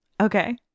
Okay